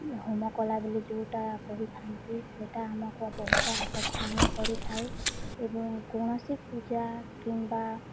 ହୋମ କଲା ବେଳେ ଯେଉଁଟା କହିଥାନ୍ତି ସେଇଟା ଆମକୁ ବହୁତ ଆକର୍ଷଣୀୟ କରିଥାଏ ଏବଂ କୌଣସି ପୂଜା କିମ୍ବା